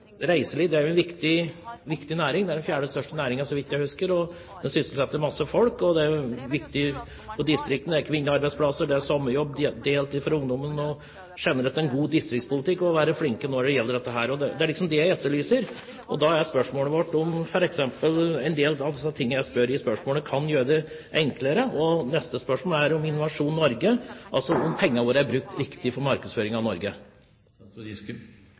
den fjerde største næringen, så vidt jeg husker. Reiselivsnæringen sysselsetter mange folk og er viktig for distriktene. Den betyr kvinnearbeidsplasser, sommerjobb og deltidsjobb for ungdommen. Det er generelt en god distriktspolitikk å være flink når det gjelder dette, og det er det jeg etterlyser. Og da er spørsmålet mitt om f.eks. en del av de tingene jeg nevner i hovedspørsmålet, kan gjøre det enklere. Neste spørsmål dreier seg om Innovasjon Norge, om pengene våre blir brukt riktig i markedsføringen av